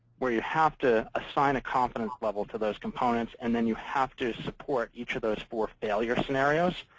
where you have to assign a confidence level to those components. and then you have to support each of those four failure scenarios.